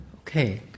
Okay